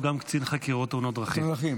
היה גם קצין חקירות תאונות דרכים.